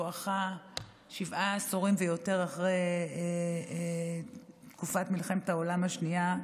בואכה שבעה עשורים ויותר אחרי תקופת מלחמת העולם השנייה,